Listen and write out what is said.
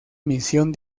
misión